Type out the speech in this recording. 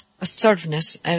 assertiveness